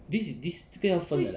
this is this 这个要分的 leh